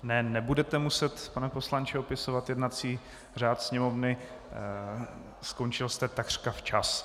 Ne, nebudete muset, pane poslanče, opisovat jednací řád Sněmovny, skončil jste takřka včas.